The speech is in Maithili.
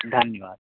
धन्यवाद